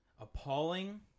appalling